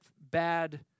bad